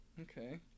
Okay